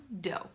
dough